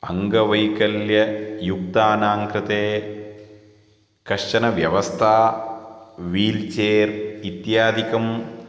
अङ्गवैकल्ययुक्तानां कृते कश्चन व्यवस्था वील् चेर् इत्यादिकं